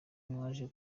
mwaje